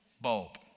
bulb